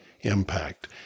impact